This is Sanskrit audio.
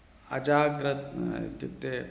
अजाग्रता इत्युक्ते